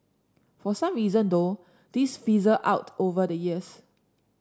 for some reason though this fizzled out over the years